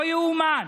לא יאומן.